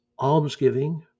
Almsgiving